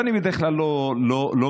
אני בדרך כלל לא מגיב,